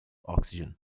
oxygen